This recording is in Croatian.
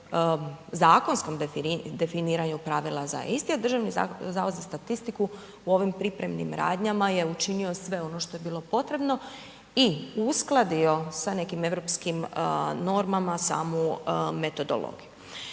zakonskom definiranju pravila .../Govornik se ne razumije./... a Državni zavod za statistiku u ovim pripremnim radnjama je učinio sve ono što je bilo potrebno i uskladio sa nekim europskim normama samu metodologiju.